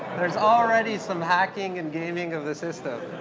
there's already some hacking and gaming of the system.